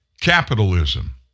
Capitalism